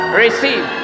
receive